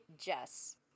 Jess